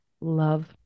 Love